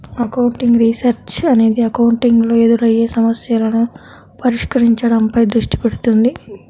accounting research అనేది accounting లో ఎదురయ్యే సమస్యలను పరిష్కరించడంపై దృష్టి పెడుతుంది